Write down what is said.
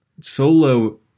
solo